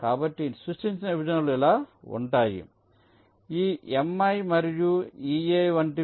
కాబట్టి సృష్టించిన విభజనలు ఇలా ఉంటాయి ఈ m i మరియు e a వంటివి